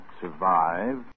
Survive